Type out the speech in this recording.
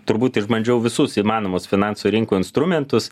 turbūt išbandžiau visus įmanomus finansų rinkų instrumentus